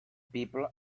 people